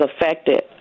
affected